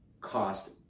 cost